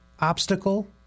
obstacle